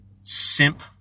simp